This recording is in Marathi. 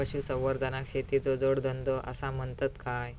पशुसंवर्धनाक शेतीचो जोडधंदो आसा म्हणतत काय?